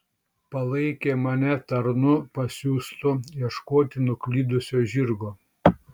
palaikė mane tarnu pasiųstu ieškoti nuklydusio žirgo